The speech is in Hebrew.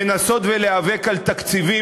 לנסות להיאבק על תקציבים,